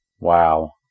Wow